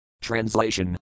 Translation